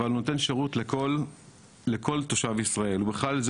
אבל הוא נותן שירות לכל תושבי ישראל ובכלל זה